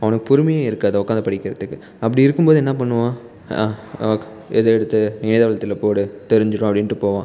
அவனுக்கு பொறுமையே இருக்காது உட்காந்து படிக்கிறதுக்கு அப்படி இருக்கும் போது என்ன பண்ணுவான் இதை எடுத்து இணையதளத்தில் போடு தெரிஞ்சிடும் அப்படின்ட்டு போவான்